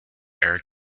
erik